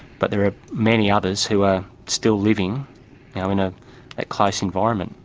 but there are many others who are still living in a close environment.